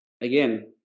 again